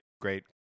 great